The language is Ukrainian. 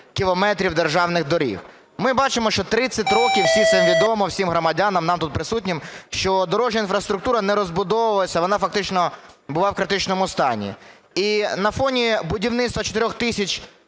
кілометрів державних доріг. Ми бачимо, що 30 років всім це відомо, всім громадянам, нам тут присутнім, що дорожня інфраструктура не розбудовувалася, а вона фактично була в критичному стані. І на фоні будівництва 4 тисяч